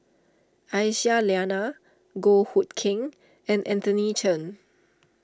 Aisyah Lyana Goh Hood Keng and Anthony Chen